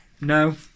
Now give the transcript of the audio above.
No